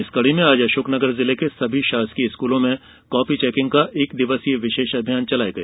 इस कड़ी में आज अशोकनगर जिले के सभी शासकीय स्कूलों में कॉपी चैकिंग का एक दिवसीय विशेष अभियान चलाया गया